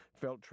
felt